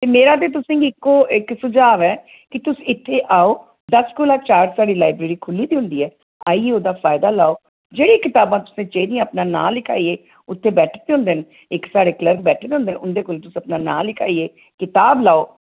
मेरा ते तुसें गी इक्को इक सुझाव ऐ कि तुस इत्थे आओ दस कोला चार साढ़ी लाइब्रेरी खुली दी होंदी ऐ आइयै उदा फाइदा लाओ जेह्ड़ी कताबां तुसें चाहिदियां अपना नां लिखाइये उत्थे बैठे दे होंदे न इक साढ़े क्लर्क बैठे दे होंदे न उंदे कोल तुस अपना नां लिखाइयै कताब लाओ